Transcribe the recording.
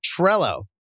Trello